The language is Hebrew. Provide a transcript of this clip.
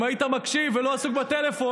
אם היית מקשיב ולא עסוק בטלפון,